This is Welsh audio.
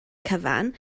cyfan